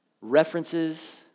references